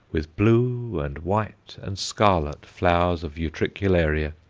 with blue and white and scarlet flowers of utricularia.